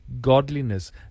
godliness